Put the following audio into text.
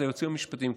זה היועצים המשפטיים,